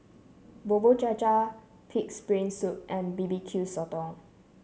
Bubur Cha Cha pig's brain soup and B B Q Sotong